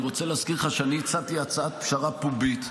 אני רוצה להזכיר לך שאני הצעתי הצעת פשרה פומבית,